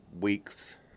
weeks